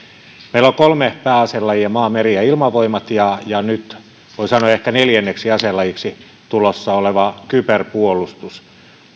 meillä on kolme pääaselajia maa meri ja ilmavoimat ja ja nyt voi sanoa ehkä neljänneksi aselajiksi tulossa oleva kyberpuolustus